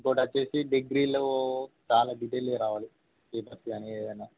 ఇంకోటొచ్చేసి డిగ్రీలో చాలా డీటెయిల్గా రావాలి పేపర్స్ అని ఏదైనా